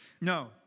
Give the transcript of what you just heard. No